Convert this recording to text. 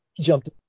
Jumped